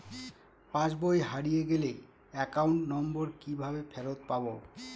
পাসবই হারিয়ে গেলে account number কিভাবে ফেরত পাব?